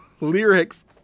lyrics